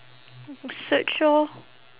go search orh